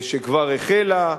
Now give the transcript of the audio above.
שכבר החלה?